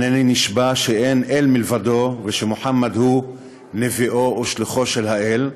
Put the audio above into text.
הנני נשבע שאין אל מלבדו ושמוחמד הוא נביאו ושליחו של האל,